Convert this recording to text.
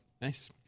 Nice